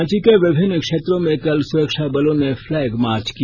रांची के विभिन्न क्षेत्रों में कल सुरक्षा बलों ने फ्लैग मार्च किया